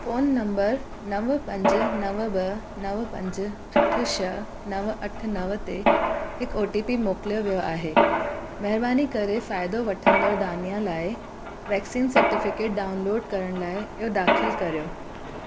phone number नव पंज नव ॿ नव पंज अठ छह नव अठ नव ते हिकु ओ टी पी मोकिलियो वियो आहे महिरबानी करे फ़ाइदो वठंदड़ दानिया लाइ वैक्सीन सर्टिफिकेट डाउनलोड करण लाइ इहो दाख़िल करियो